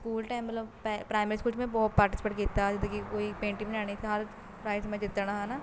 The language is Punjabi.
ਸਕੂਲ ਟਾਈਮ ਮਤਲਬ ਪੈ ਪ੍ਰਾਈਮਰੀ ਸਕੂਲ 'ਚ ਮੈਂ ਬਹੁਤ ਪਾਰਟੀਸਪੇਟ ਕੀਤਾ ਜਿੱਦਾਂ ਕਿ ਕੋਈ ਪੇਂਟਿੰਗ ਬਣਾਉਣੀ ਨਾਲ ਪ੍ਰਾਈਜ਼ ਮੈਂ ਜਿੱਤਣਾ ਹੈ ਨਾ